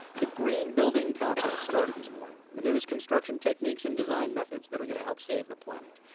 the green building conference started this morning the newest construction techniques and design methods that are gonna help save the planet.